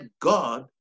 God